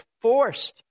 forced